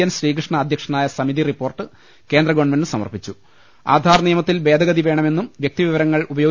N Srikrishna അധ്യക്ഷനായ സമിതി report കേന്ദ്ര ഗവൺമെന്റിന് സമർപ്പി ആധാർ നിയമത്തിൽ ഭേദഗതി വേണമെന്നും വൃക്തിവിവരങ്ങൾ ഉപ ച്ചു